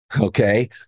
Okay